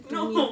no